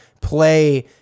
play